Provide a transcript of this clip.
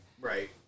Right